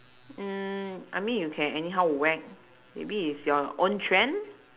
mm I mean you can anyhow whack maybe it's your own trend